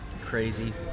crazy